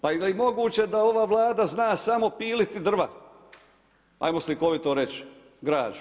Pa je li moguće da ova Vlada zna samo piliti drva hajmo slikovito reći, građu.